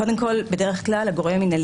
ברוב המקרים